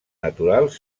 naturals